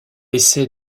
essaye